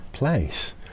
place